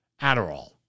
Adderall